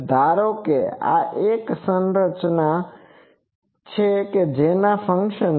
ધારો કે આ એક સંરચના છે જેના પર આ ફંક્શન છે